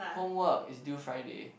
homework is due Friday